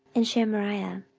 and shamariah,